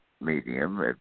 medium